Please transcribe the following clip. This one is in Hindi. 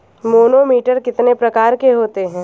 मैनोमीटर कितने प्रकार के होते हैं?